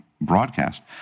broadcast